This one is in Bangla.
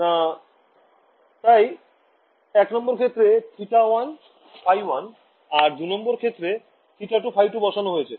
না তাই ১ নং ক্ষেত্রে θ1 ϕ1 আর ২ নং ক্ষেত্রে θ2 ϕ2 বসানো হয়েছে